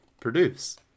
produce